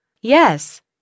Yes